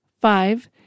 Five